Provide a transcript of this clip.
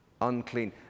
Unclean